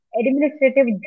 administrative